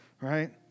right